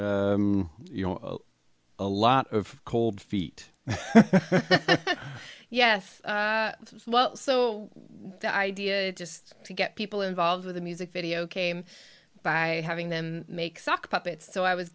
you know a lot of cold feet yes well so the idea just to get people involved with the music video came by having them make sock puppets so i was